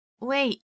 Wait